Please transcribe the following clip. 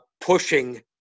pushing